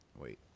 wait